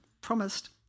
Promised